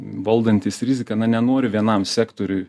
valdantys riziką na nenori vienam sektoriui